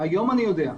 היום אני יודע.